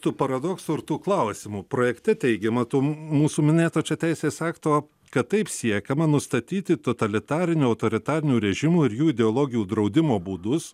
ties tų paradoksų ir tų klausimų projekte teigiama mūsų minėto čia teisės akto kad taip siekiama nustatyti totalitarinių autoritarinių režimų ir jų ideologijų draudimo būdus